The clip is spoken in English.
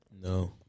No